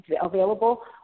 available